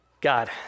God